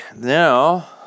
now